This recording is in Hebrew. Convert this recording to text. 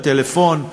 בטלפון.